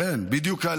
כן, בדיוק.